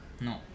No